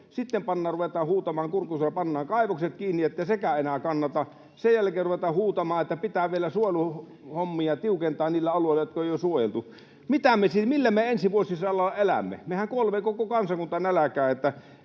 sitten ruvetaan huutamaan kurkku suorana, että pannaan kaivokset kiinni, ettei sekään enää kannata. Sen jälkeen ruvetaan huutamaan, että pitää vielä suojeluhommia tiukentaa niillä alueilla, jotka ovat jo suojeltuja. Millä me ensi vuosisadalla elämme? Mehän kuolemme koko kansakunta nälkään.